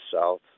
south